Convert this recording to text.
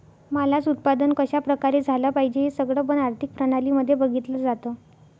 मालाच उत्पादन कशा प्रकारे झालं पाहिजे हे सगळं पण आर्थिक प्रणाली मध्ये बघितलं जातं